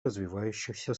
развивающихся